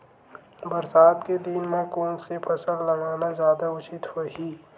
बरसात के दिन म कोन से फसल लगाना जादा उचित होही?